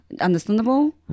understandable